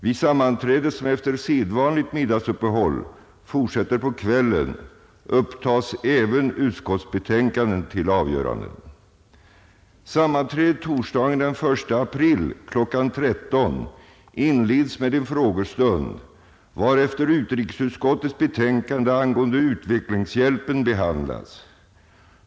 Vid sammanträdet, som efter sedvanligt middagsuppehåll fortsätter på kvällen, upptas även utskottsbetänkanden till avgörande. Sammanträdet torsdagen den 1 april kl. 13.00 inleds med en frågestund, varefter utrikesutskottets betänkande angående utvecklingshjälpen behandlas.